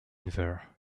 there